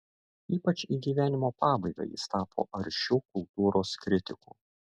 ypač į gyvenimo pabaigą jis tapo aršiu kultūros kritiku